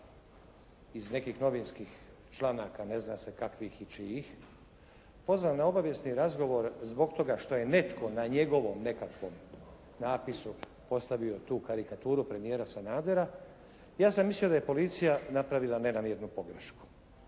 iz nekih novinskih članaka, ne zna se kakvih i čijih, pozvan na obavijesni razgovor zbog toga što je netko na njegovom nekakvom napisu postavio tu karikaturu premijera Sanadera. Ja sam mislio da je policija napravila nenamjernu pogrešku.